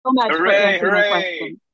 hooray